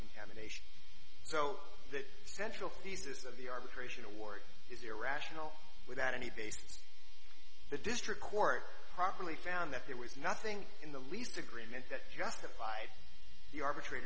contamination so that central thesis of the arbitration award is irrational without any basis the district court properly found that there was nothing in the lease agreement that justified the arbitra